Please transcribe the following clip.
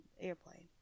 airplane